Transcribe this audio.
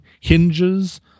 hinges